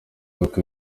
ubukwe